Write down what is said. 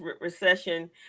recession